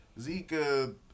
Zika